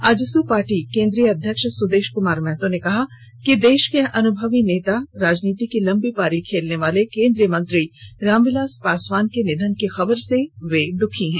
AJSU party केंद्रीय अध्यक्ष सुदेश कुमार महतो ने कहा कि देश के अनुभवी नेताओं में शुमार राजनीति की लंबी पारी खेलने वाले केंद्रीय रामविलास पासवान के निधन की खबर से दुःखी हैं